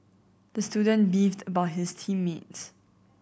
the student beefed about his team mates